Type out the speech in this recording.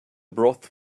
broth